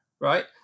right